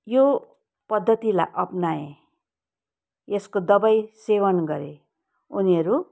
यो पद्धतिलाई अप्नाए यसको दवाई सेवन गरे उनीहरू